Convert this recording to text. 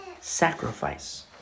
sacrifice